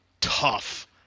tough